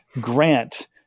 grant